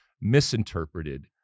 misinterpreted